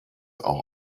auch